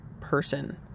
person